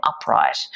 upright